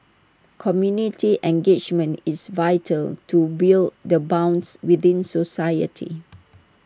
community engagement is vital to build the bonds within society